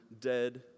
dead